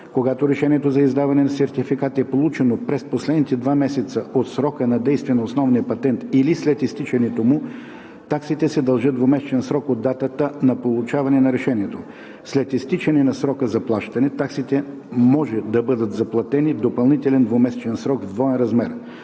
Когато решението за издаване на сертификат е получено през последните два месеца от срока на действие на основния патент или след изтичането му, таксите се дължат в двумесечен срок от датата на получаване на решението. След изтичане на срока за плащане, таксите може да бъдат заплатени в допълнителен двумесечен срок в двоен размер.“